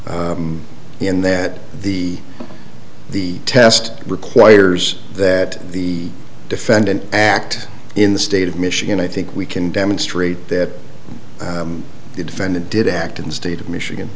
in that the the test requires that the defendant act in the state of michigan i think we can demonstrate that the defendant did act in the state of michigan